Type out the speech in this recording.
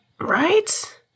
right